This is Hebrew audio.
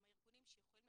עם הארגונים שיכולים